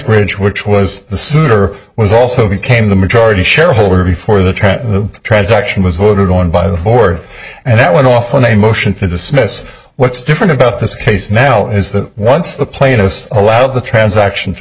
bridge which was the senator was also became the majority shareholder before the track the transaction was voted on by the board and that went off on a motion to dismiss what's different about this case now is that once the plaintiffs allow the transaction for